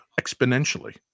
exponentially